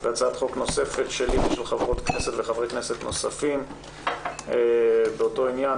והצעת חוק נוספת שלי ושל חברות וחברי כנסת נוספים באותו עניין,